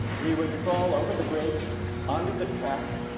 he would fall over the bridge onto the track